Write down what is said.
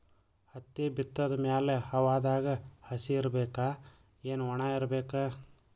ಹತ್ತಿ ಬಿತ್ತದ ಮ್ಯಾಲ ಹವಾದಾಗ ಹಸಿ ಇರಬೇಕಾ, ಏನ್ ಒಣಇರಬೇಕ?